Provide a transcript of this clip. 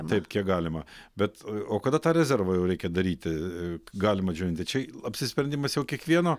taip kiek galima bet o kada tą rezervą jau reikia daryti galima džiovinti čia apsisprendimas jau kiekvieno